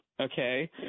okay